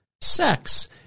sex